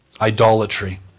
Idolatry